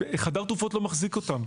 חדר תרופות לא מחזיק אותם,